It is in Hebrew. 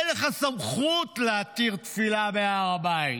אין לך סמכות להתיר תפילה בהר הבית.